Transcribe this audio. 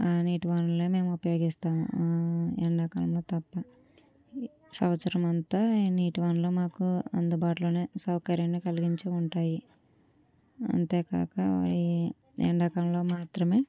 ఆ నీటి వనరులే మేము ఉపయోగిస్తాము ఎండాకాలంలో తప్ప సంవత్సరం అంతా నీటి వానలు మాకు అందుబాటులోనే సౌకర్యాన్ని కలిగించి ఉంటాయి అంతేకాక ఈ ఎండాకాలంలో మాత్రమే